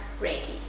ready